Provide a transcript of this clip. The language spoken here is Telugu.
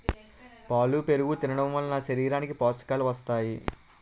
పాలు పెరుగు తినడంవలన శరీరానికి పోషకాలు వస్తాయి